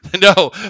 No